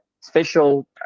special